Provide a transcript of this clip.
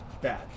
bad